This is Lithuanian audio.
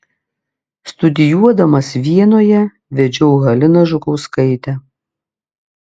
studijuodamas vienoje vedžiau haliną žukauskaitę